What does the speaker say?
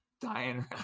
dying